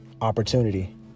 opportunity